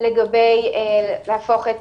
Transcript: לגבי להפוך את